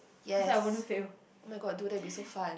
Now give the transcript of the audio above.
yes but I got a two day be so fun